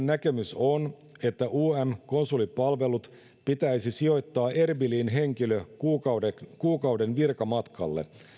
näkemys on että um konsulipalvelut pitäisi sijoittaa erbiliin henkilö kuukauden kuukauden virkamatkalle